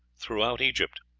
throughout egypt.